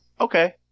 Okay